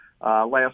last